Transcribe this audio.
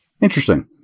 Interesting